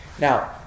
now